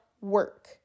work